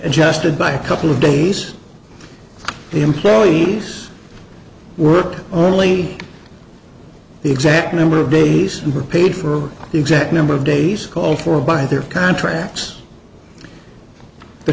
adjusted by a couple of days the employees work only the exact number of days were paid for the exact number of days called for by their contracts t